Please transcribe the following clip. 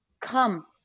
come